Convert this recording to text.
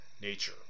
nature